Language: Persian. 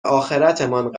آخرتمان